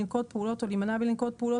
לנקוט פעולות או להימנע מלנקוט פעולות